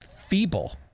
feeble